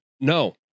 no